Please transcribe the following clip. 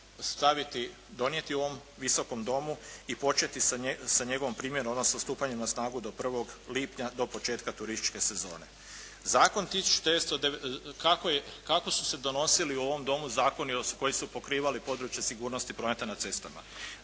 donijeti u ovom Visokom domu i početi sa njegovom primjenom odnosno stupanjem na snagu do 1. lipnja, do početka turističke sezone. Kako su se donosili u ovom domu zakoni koji su pokrivali područje sigurnosti prometa na cestama?